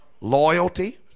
loyalty